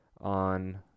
on